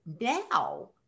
Now